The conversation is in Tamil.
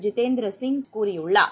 ஜிதேந்திர சிங் கூறியுள்ளார்